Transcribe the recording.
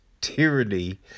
tyranny